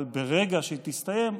אבל ברגע שהיא תסתיים,